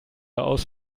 aus